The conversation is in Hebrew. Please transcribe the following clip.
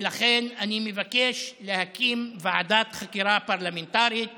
ולכן, אני מבקש להקים ועדת חקירה פרלמנטרית